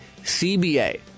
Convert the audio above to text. CBA